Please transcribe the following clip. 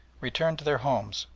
returned to their homes,